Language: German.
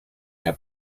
herr